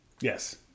Yes